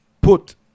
put